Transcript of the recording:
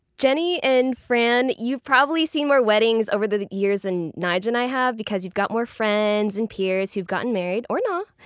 jenny and fran, you've probably seen more weddings over the years than and nyge and i have because you've got more friends and peers who've gotten married or nah,